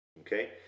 Okay